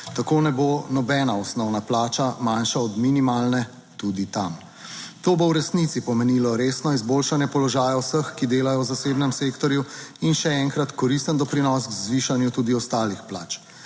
tako ne bo nobena osnovna plača manjša od minimalne tudi tam. To bo v resnici pomenilo resno izboljšanje položaja vseh, ki delajo v zasebnem sektorju, in še enkrat, koristen doprinos k zvišanju tudi ostalih plač.